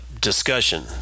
discussion